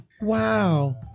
Wow